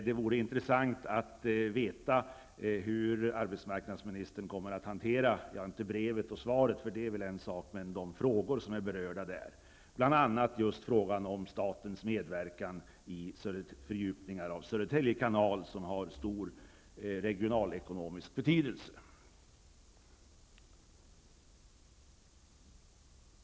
Det vore intressant att få veta hur arbetsmarknadsministern kommer att hantera de frågor som är berörda i brevet. Det gäller bl.a. Södertälje kanal, som har en stor regionalekonomisk betydelse.